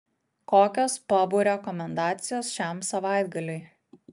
kokios pabų rekomendacijos šiam savaitgaliui